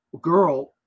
girl